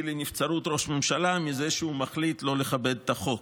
לנבצרות ראש ממשלה אם הוא מחליט לא לכבד את החוק,